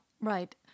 right